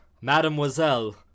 Mademoiselle